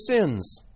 sins